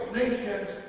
nations